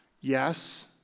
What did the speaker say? Yes